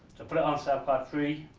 so put it on soundcloud free?